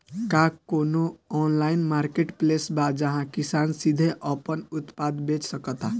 का कोनो online marketplace बा जहां किसान सीधे अपन उत्पाद बेच सकता?